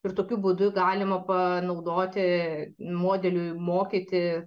ir tokiu būdu galima panaudoti modeliui mokyti